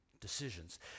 decisions